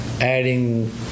adding